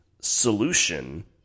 solution